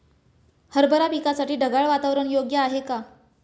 हरभरा पिकासाठी ढगाळ वातावरण योग्य आहे का?